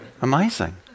Amazing